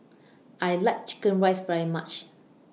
I like Chicken Rice very much